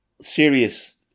serious